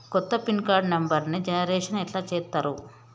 కొత్త pin card నెంబర్ని generation ఎట్లా చేత్తరు?